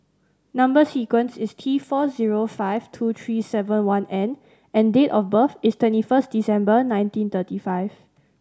number sequence is T four zero five two three seven one N and date of birth is twenty first December nineteen thirty five